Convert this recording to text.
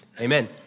Amen